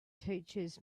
teaches